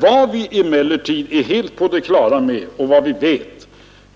Vad vi emellertid är helt på det klara med, det